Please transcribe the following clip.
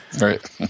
Right